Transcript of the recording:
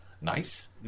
nice